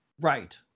Right